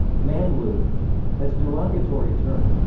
mamluk as derogatory term